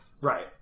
Right